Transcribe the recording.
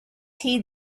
heed